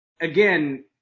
again